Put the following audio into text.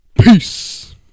peace